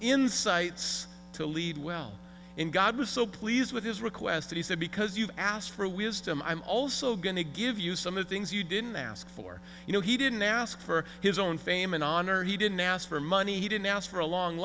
insights to lead well in god was so pleased with his request that he said because you asked for wisdom i'm also going to give you some of things you didn't ask for you know he didn't ask for his own fame and honor he didn't ask for money he didn't ask for a long